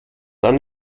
dann